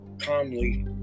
calmly